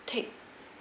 take